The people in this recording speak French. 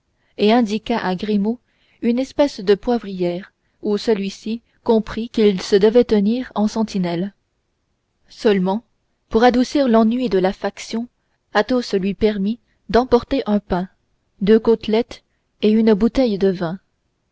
et indiqua à grimaud une espèce de poivrière où celui-ci comprit qu'il se devait tenir en sentinelle seulement pour adoucir l'ennui de la faction athos lui permit d'emporter un pain deux côtelettes et une bouteille de vin